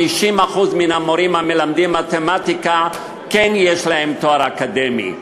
50% מן המורים המלמדים מתמטיקה יש להם תואר אקדמי,